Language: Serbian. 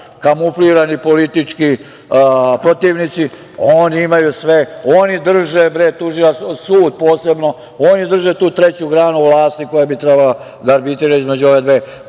kamuflirani politički protivnici, oni imaju sve, oni drže sud posebno, oni drže tu treću granu vlasti koja bi trebala da arbitrira između ove dve,